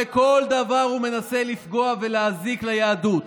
ובכל דבר הוא מנסה לפגוע ולהזיק ליהדות.